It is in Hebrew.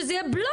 שזה יהיה בלוק.